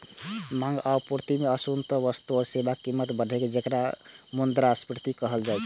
मांग आ आपूर्ति मे असंतुलन सं वस्तु आ सेवाक कीमत बढ़ै छै, जेकरा मुद्रास्फीति कहल जाइ छै